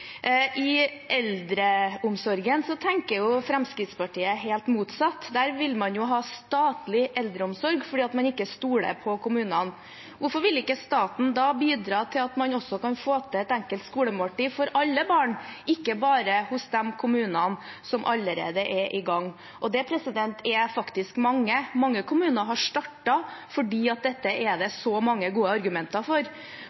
I eldreomsorgen tenker jo Fremskrittspartiet helt motsatt. Der vil man ha statlig eldreomsorg fordi man ikke stoler på kommunene. Hvorfor vil ikke staten da bidra til at man kan få til et enkelt skolemåltid for alle barn – ikke bare i de kommunene som allerede er i gang? Det er faktisk mange. Mange kommuner har startet fordi det er så mange gode argumenter for dette. For oss i Arbeiderpartiet er det